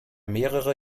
mehrere